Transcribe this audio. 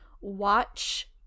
watch